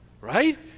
Right